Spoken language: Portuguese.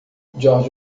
george